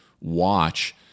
watch